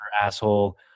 asshole